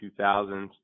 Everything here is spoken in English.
2000s